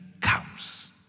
comes